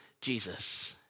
Jesus